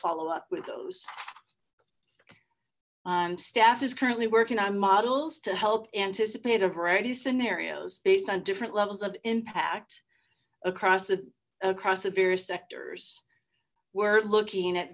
follow up with those um staff is currently working on models to help anticipate a variety scenarios based on different levels of impact across the across the various sectors we're looking at